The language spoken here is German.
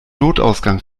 notausgang